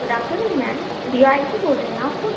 good afternoon ma'am B Y C बोल रहीं आप